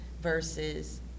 versus